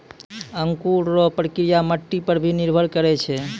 अंकुर रो प्रक्रिया मट्टी पर भी निर्भर करै छै